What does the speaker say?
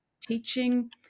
teaching